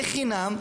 בחינם,